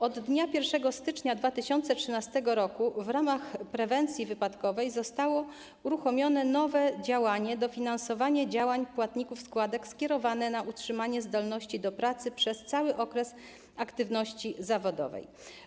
Od dnia 1 stycznia 2013 r. w ramach prewencji wypadkowej zostało uruchomione nowe działanie: dofinansowanie działań płatników składek skierowane na utrzymanie zdolności do pracy przez cały okres aktywności zawodowej.